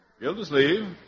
Gildersleeve